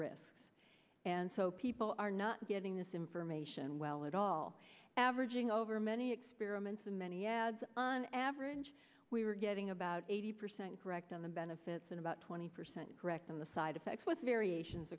risks and so people are not getting this information well at all averaging over many experiments and many ads on average we're getting about eighty percent correct on the benefits and about twenty percent correct on the side effects with variations